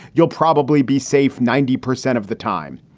you'll probably be safe ninety percent of the time.